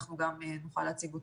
אנחנו גם נוכל להציג אותם.